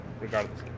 regardless